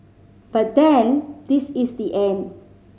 but then this is the end